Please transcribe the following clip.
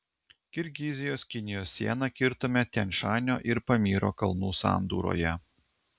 kirgizijos kinijos sieną kirtome tian šanio ir pamyro kalnų sandūroje